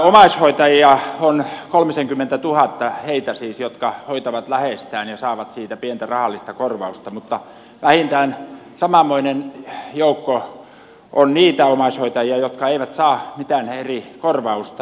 omaishoitajia on kolmisenkymmentätuhatta heitä siis jotka hoitavat läheistään ja saavat siitä pientä rahallista korvausta mutta vähintään samanmoinen joukko on niitä omaishoitajia jotka eivät saa mitään eri korvausta